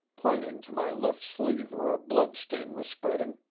pointing to my left sleeve where a blood stain was spreading.